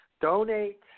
Donate